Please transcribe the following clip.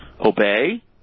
Obey